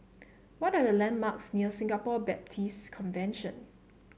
what are the landmarks near Singapore Baptist Convention